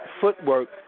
footwork